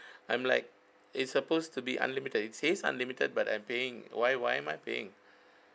I'm like it's supposed to be unlimited it says unlimited but I'm paying why why am I paying